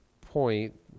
point